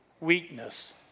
Weakness